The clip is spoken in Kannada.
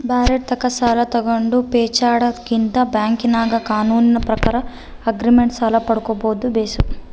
ಬ್ಯಾರೆರ್ ತಾಕ ಸಾಲ ತಗಂಡು ಪೇಚಾಡದಕಿನ್ನ ಬ್ಯಾಂಕಿನಾಗ ಕಾನೂನಿನ ಪ್ರಕಾರ ಆಗ್ರಿಮೆಂಟ್ ಸಾಲ ಪಡ್ಕಂಬದು ಬೇಸು